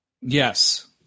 Yes